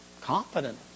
confident